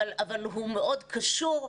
אבל הוא מאוד קשור,